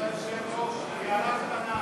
אדוני היושב-ראש, הערה קטנה: